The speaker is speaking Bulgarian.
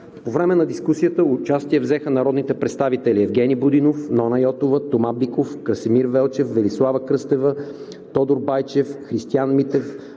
По време на дискусията участие взеха народните представители Евгени Будинов, Нона Йотова, Тома Биков, Красимир Велчев, Велислава Кръстева, Тодор Байчев, Христиан Митев,